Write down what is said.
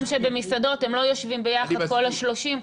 שבמסעדות הם לא יושבים ביחד כל ה-30,